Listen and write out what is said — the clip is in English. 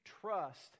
trust